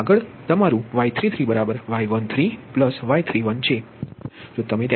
આગળ તમારું Y33y13y31 છે તમે તેનો સરવાળો કરો તો 26 j62 મળશે